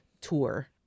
tour